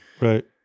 Right